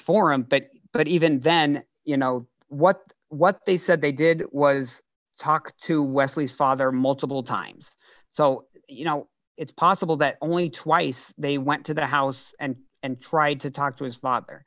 forum but but even then you know what what they said they did was talk to wesley father multiple times so you know it's possible that only twice they went to the house and and tried to talk to his father